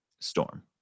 Storm